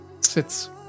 sits